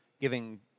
giving